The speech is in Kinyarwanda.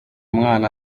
mwana